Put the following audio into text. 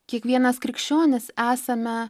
kiekvienas krikščionis esame